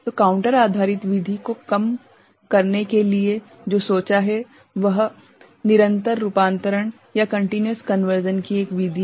तो काउंटर आधारित विधि की सीमाओं को कम करने के लिए जो सोचा है वह निरंतर रूपांतरण की एक विधि है